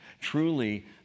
Truly